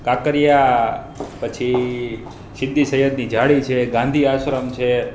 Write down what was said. કાંકરિયા પછી સીદી સૈયદની જાળી છે ગાંધી આશ્રમ છે